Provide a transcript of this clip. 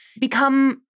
become